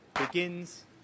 begins